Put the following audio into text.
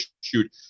shoot